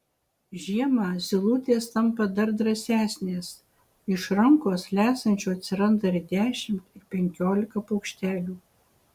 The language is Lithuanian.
žiemą zylutės tampa dar drąsesnės iš rankos lesančių atsiranda ir dešimt ir penkiolika paukštelių